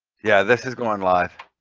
yeah, this is going live